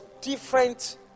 different